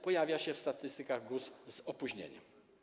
pojawia się w statystykach GUS z opóźnieniem.